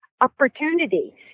opportunity